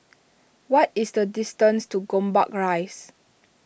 what is the distance to Gombak Rise